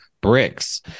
bricks